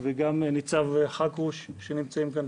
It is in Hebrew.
וגם ניצב חכרוש שנמצאים כאן,